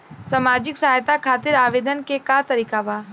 सामाजिक सहायता खातिर आवेदन के का तरीका बा?